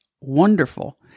wonderful